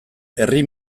herri